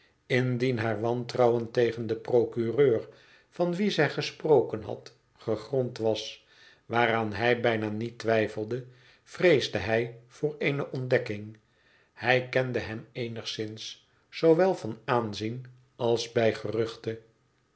indien haar wantrouwen tegen den procureur van wien zij gesproken had gegrond was waaraan hij bijna niet twijfelde vreesde hij voor eene ontdekking hij kende hem eenigszins zoowel van aanzien als bij geruchte